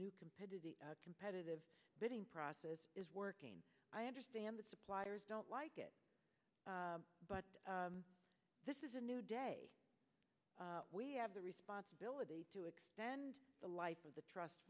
new competitor the competitive bidding process is working i understand the suppliers don't like it but this is a new day we have the responsibility to extend the life of the trust